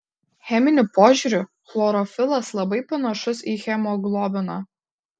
cheminiu požiūriu chlorofilas labai panašus į hemoglobiną